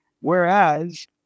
Whereas